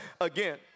again